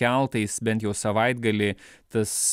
keltais bent jau savaitgalį tas